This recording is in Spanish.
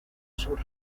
sur